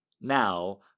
Now